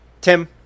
Tim